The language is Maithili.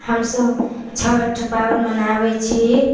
हमसभ छठि पाबनि मनाबैत छी